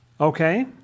Okay